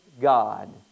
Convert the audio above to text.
god